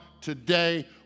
today